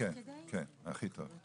אז